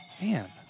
Man